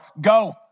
go